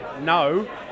no